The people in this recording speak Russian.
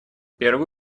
первые